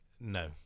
no